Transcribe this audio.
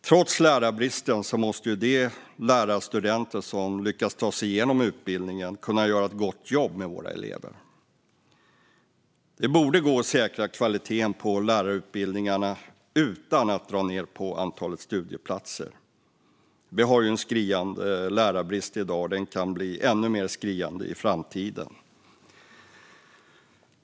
Trots lärarbristen måste de lärarstudenter som lyckas ta sig igenom utbildningen kunna göra ett gott jobb med våra elever. Det borde gå att säkra kvaliteten på lärarutbildningarna utan att dra ned på antalet studieplatser. Vi har ju en skriande lärarbrist i dag, och den kan bli ännu mer skriande i framtiden.